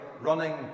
running